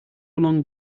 along